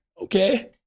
Okay